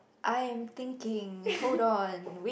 I am thinking hold on wait